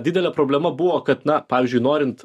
didelė problema buvo kad na pavyzdžiui norint